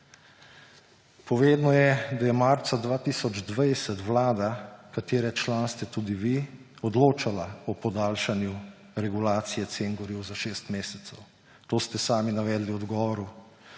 Povedno je, da je marca 2020 vlada, katere član ste tudi vi, odločala o podaljšanju regulacije cen goriv za 6 mesecev. To ste sami navedli v odgovoru,